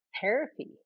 therapy